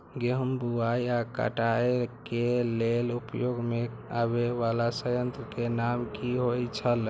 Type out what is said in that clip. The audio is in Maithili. गेहूं बुआई आ काटय केय लेल उपयोग में आबेय वाला संयंत्र के नाम की होय छल?